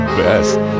best